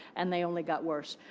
and they only got worse.